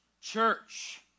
Church